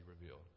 revealed